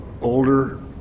older